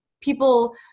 people